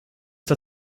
zur